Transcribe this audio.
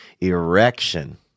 Erection